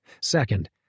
Second